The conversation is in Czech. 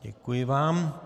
Děkuji vám.